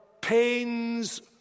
pains